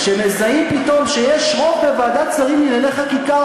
כשמזהים פתאום שיש רוב בוועדת שרים לענייני חקיקה,